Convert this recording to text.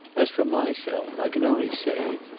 as for myself, i can only say,